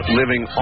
living